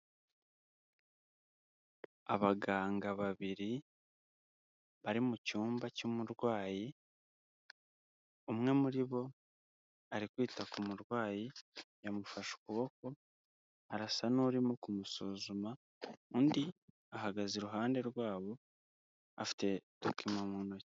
Abaganga babiri bari mu cyumba cy'umurwayi, umwe muri bo ari kwita ku murwayi yamufashe ukuboko arasa n'urimo kumusuzuma, undi ahagaze iruhande rwabo afite dokima mu ntoki.